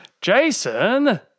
Jason